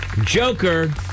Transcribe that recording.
Joker